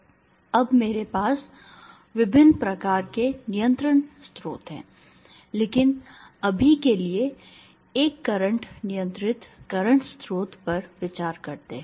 अब मेरे पास विभिन्न प्रकार के नियंत्रण स्रोत हैं लेकिन अभी के लिए एक एक करंट नियंत्रित करंट स्रोत पर विचार करते हैं